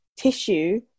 tissue